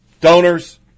Donors